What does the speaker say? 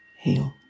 heal